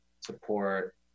support